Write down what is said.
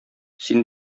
син